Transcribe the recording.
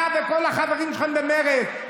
אתה וכל החברים שלכם במרצ.